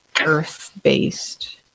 earth-based